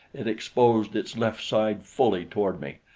it exposed its left side fully toward me,